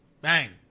bang